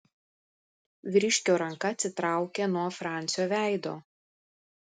vyriškio ranka atsitraukė nuo francio veido